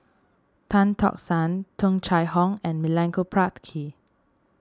Tan Tock San Tung Chye Hong and Milenko Prvacki